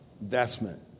investment